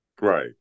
Right